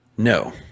No